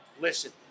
listen